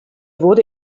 wurde